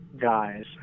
guys